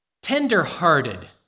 Tender-hearted